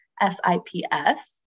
S-I-P-S